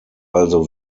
also